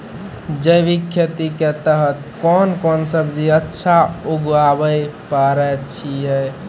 जैविक खेती के तहत कोंन कोंन सब्जी अच्छा उगावय पारे छिय?